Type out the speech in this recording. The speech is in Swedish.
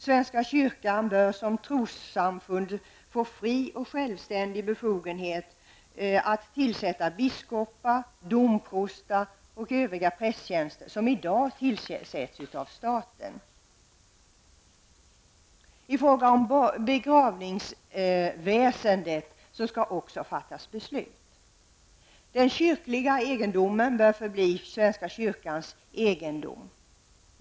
Svenska kyrkan bör som trossamfund få fri och självständig befogenhet att tillsätta biskopar, domprostar och övriga prästtjänster, som i dag tillsätts av staten. I fråga om begravningsväsendet skall också beslut fattas. Den kyrkliga egendomen bör förbli svenska kyrkans egendom.